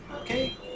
Okay